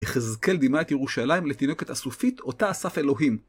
יחזקאל דימה את ירושלים לתינוקת אסופית, אותה אסף אלוהים.